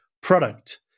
product